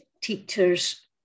teachers